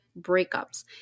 breakups